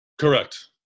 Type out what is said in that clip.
Correct